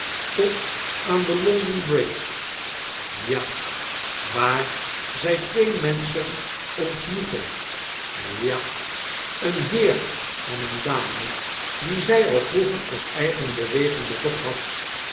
tot aan de lo ndon b r idge ja waar zij twee menschen ontmoette ja een heer en eene dame die zij al vroeger uit eigene beweging bezocht had